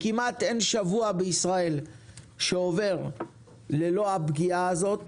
כמעט אין שבוע בישראל שעובר ללא פגיעה כזאת